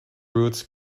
roots